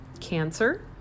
cancer